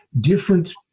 different